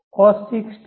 5 છે તેથી 0